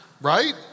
right